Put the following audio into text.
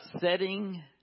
setting